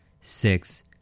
six